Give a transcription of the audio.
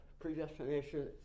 predestination